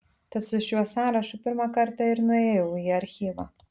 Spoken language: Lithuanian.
tad su šiuo sąrašu pirmą kartą ir nuėjau į archyvą